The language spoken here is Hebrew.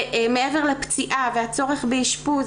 מעבר לפציעה והצורך באשפוז